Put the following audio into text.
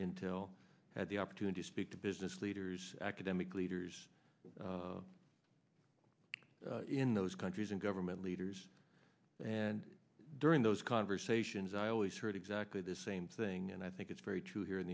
intel had the opportunity to speak to business leaders academic leaders in those countries and government leaders and during those conversations i always heard exactly the same thing and i think it's very true here in